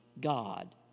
God